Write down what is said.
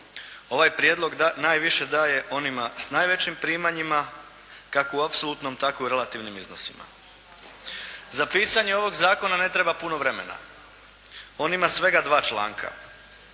Ovaj prijedlog najviše daje onima s najvećim primanjima kako u apsolutnim, tako i u relativnim iznosima. Za pisanje ovog zakona ne treba puno vremena. On ima svega dva članka.